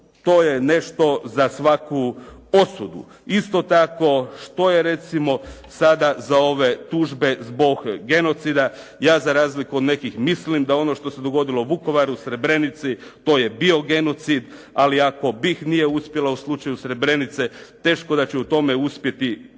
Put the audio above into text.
to je nešto za svaku osudu. Isto tako što je recimo sada za ove tužbe zbog genocida, ja za razliku od nekih mislim da ono što se dogodilo u Vukovaru, Srebrenici to je bio genocid ali ako BIH nije uspjela u slučaju Srebrenice teško da će u tome uspjeti